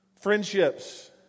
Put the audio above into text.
friendships